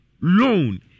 loan